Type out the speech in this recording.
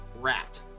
rat